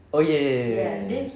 oh ya ya ya ya ya ya